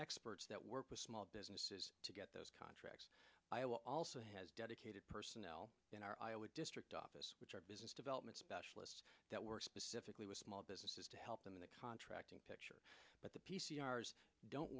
experts that work with small businesses to get those contracts i'll also has dedicated personnel in our iowa district office which are business development specialists that work specifically with small businesses to help them in the contracting picture but the